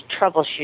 troubleshoot